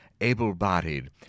able-bodied